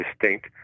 distinct